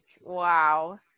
wow